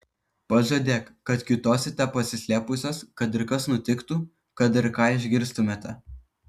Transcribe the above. pažadėk kad kiūtosite pasislėpusios kad ir kas nutiktų kad ir ką išgirstumėte